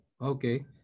Okay